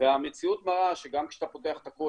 והמציאות מראה שגם כשאתה פותח את הכל,